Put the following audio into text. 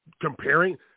comparing